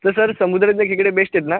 तर सर समुद्रातले खेकडे बेस्ट आहेत ना